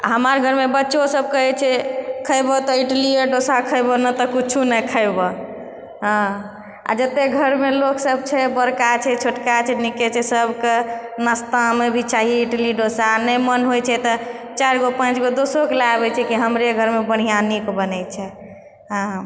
हमर घरमे बच्चो सब कहैछै खयबह तऽ इडलिये डोसा खयबह नहि तऽ किछु नहि खयबह हँ आ जतेक घरमे लोकसब छै बड़का छै छोटका छै निके छै सबके नाश्तामे भी चाहिए इडली डोसा आ नहि मोन होइछै तऽ चारिगो पाँचगो दोस्तोके ले आबैछै कि हमरे घरमे बढ़िआँ नीक बनेै छैै हँ